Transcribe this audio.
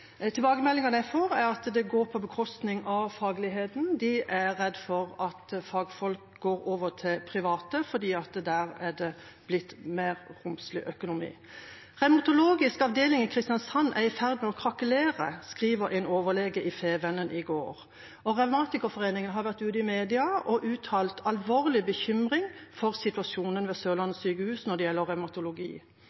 Tilbakemeldingene jeg får, er at det går på bekostning av fagligheten, de er redd for at fagfolk går over til private, fordi det der er blitt mer romslig økonomi. Revmatologisk avdeling i Kristiansand er i ferd med å «krakelere», skriver en overlege i Fedrelandsvennen i går. Revmatikerforeningen har vært ute i media og uttalt alvorlig bekymring for situasjonen ved